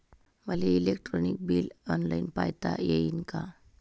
मले electric bill online पायता येईन का?